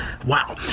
Wow